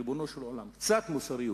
ריבונו של עולם, קצת מוסריות.